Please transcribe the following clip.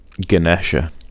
Ganesha